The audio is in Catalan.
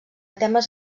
temes